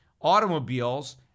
automobiles